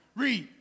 read